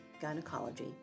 gynecology